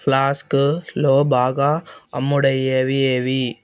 ఫ్లాస్కులో బాగా అమ్ముడయ్యేవి ఏవి